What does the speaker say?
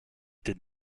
did